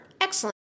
Excellent